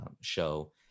show